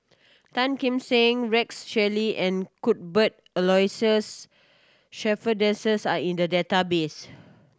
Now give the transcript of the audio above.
Tan Kim Seng Rex Shelley and Cuthbert Aloysius Shepherdson are in the database